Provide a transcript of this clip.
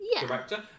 director